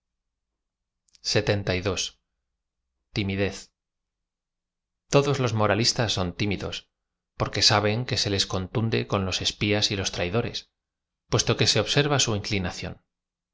lxxii timidez todos los moralistas son tímidos porque saben que se les confunde con los espías y los traidores puesto queae observa su inclinación